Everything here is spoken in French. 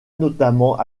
notamment